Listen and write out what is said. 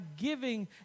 giving